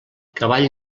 cavall